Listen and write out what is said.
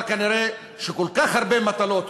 אבל כנראה כל כך הרבה מטלות,